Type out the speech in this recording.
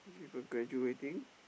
people graduating